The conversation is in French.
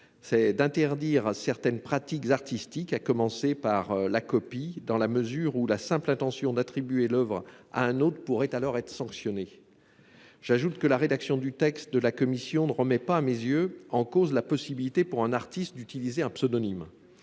celui d'interdire certaines pratiques artistiques, à commencer par la copie, dans la mesure où la simple intention d'attribuer l'oeuvre à un autre pourrait être sanctionnée. J'ajoute que la rédaction du texte de la commission ne remet pas en cause, à mes yeux, la possibilité, pour un artiste, d'utiliser un pseudonyme.